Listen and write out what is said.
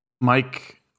Mike